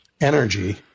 energy